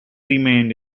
remained